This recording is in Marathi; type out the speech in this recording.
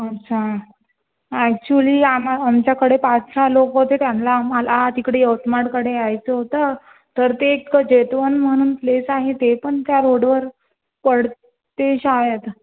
अच्छा ॲक्चुअली आम्हा आमच्याकडे पाच सहा लोक होते त्यांना आम्हाला तिकडे यवतमाळकडे यायचं होतं तर ते इतकं जैतवन म्हणून प्लेस आहे ते पण त्या रोडवर पडते शायद